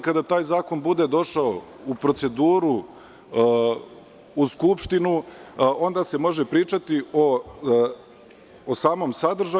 Kada taj zakon bude došao u proceduru u Skupštinu, onda se može pričati o samom sadržaju.